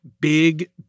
big